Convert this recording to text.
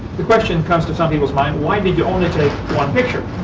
the question comes to some people's mind, why did you only take one picture?